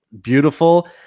beautiful